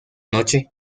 noche